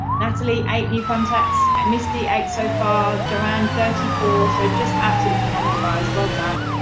nathalie, eight new contacts. musty, eight so far. joanne, thirty four, so just absolutely phenomenal, guys. well done.